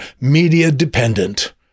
media-dependent